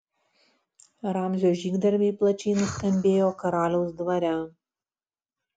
ramzio žygdarbiai plačiai nuskambėjo karaliaus dvare